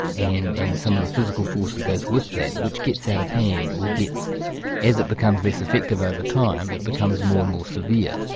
and and some of the physical force that goes with that, which gets out of hand, or gets as it becomes less effective over time, it becomes more and more severe,